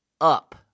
up